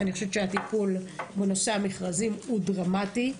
אני חושבת שהתיקון בנושא המכרזים הוא דרמטי.